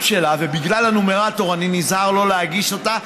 שלה ובגלל הנומרטור אני נזהר לא להגיש אותה,